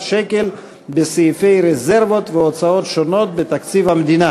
שקל בסעיפי רזרבות והוצאות שונות בתקציב המדינה.